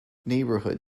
neighborhood